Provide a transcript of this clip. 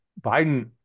Biden